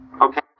Okay